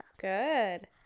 Good